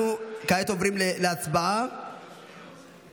עוברים כעת להצבעה על